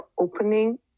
opening